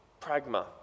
Pragma